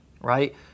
right